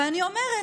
ואני אומרת: